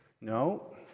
No